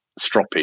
stroppy